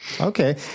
Okay